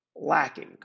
Lacking